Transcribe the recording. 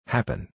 Happen